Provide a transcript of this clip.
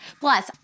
Plus